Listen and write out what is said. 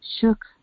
shook